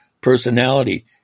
personality